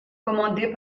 commandé